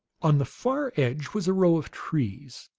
on the far edge was a row of trees,